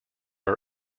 are